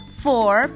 four